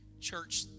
Church